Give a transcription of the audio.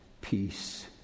peace